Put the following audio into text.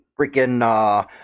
freaking –